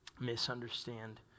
Misunderstand